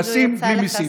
פרסים בלי מיסים.